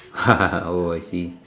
ah oh I see